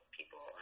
people